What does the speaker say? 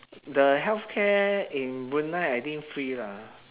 the healthcare in brunei I think free lah